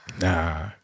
Nah